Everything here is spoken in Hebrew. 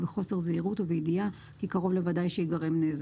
או בחוסר זהירותו בידיעה כי קרוב לוודאי שייגרם נזק.